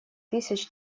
тысяч